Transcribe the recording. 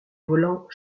volant